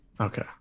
okay